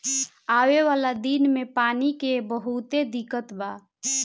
आवे वाला दिन मे पानी के बहुते दिक्कत बा